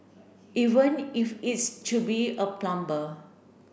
even if it's to be a plumber